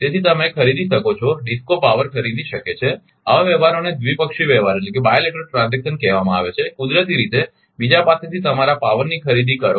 તેથી તમે ખરીદી શકો છો ડિસ્કો પાવર ખરીદી શકે છો આવા વ્યવહારોને દ્વિપક્ષી વ્યવહાર કહેવામાં આવે છે કુદરતી રીતે બીજા પાસેથી તમારા પાવરની ખરીદી કરો